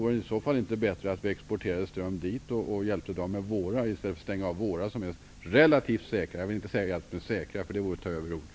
Vore det i så fall inte bättre att vi exporterade ström dit och hjälpte dem genom våra kärnkraftverk, i stället för att stänga av våra som är relativt säkra? Jag vill inte säga att de är säkra, det vore att ta till överord.